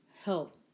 help